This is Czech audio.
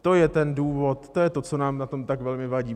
To je ten důvod, to je to, co nám na tom tak velmi vadí.